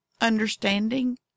understanding